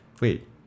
wait